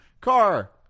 car